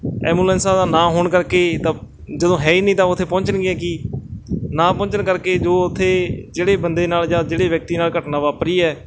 ਐਮੂਲੈਂਸਾਂ ਦਾ ਨਾ ਹੋਣ ਕਰਕੇ ਤਾਂ ਜਦੋਂ ਹੈ ਹੀ ਨਹੀਂ ਤਾਂ ਉੱਥੇ ਪਹੁੰਚਣਗੀਆਂ ਕੀ ਨਾ ਪਹੁੰਚਣ ਕਰਕੇ ਜੋ ਉੱਥੇ ਜਿਹੜੇ ਬੰਦੇ ਨਾਲ ਜਾਂ ਜਿਹੜੇ ਵਿਅਕਤੀ ਨਾਲ ਘਟਨਾ ਵਾਪਰੀ ਹੈ